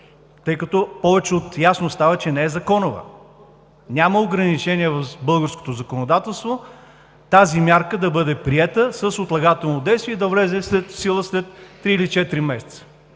Тъй като повече от ясно става, че не е законова. Няма ограничения в българското законодателство тази мярка да бъде приета с отлагателно действие и да влезе в сила след три или четири месеца.